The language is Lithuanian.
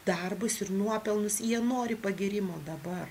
darbus ir nuopelnus jie nori pagyrimo dabar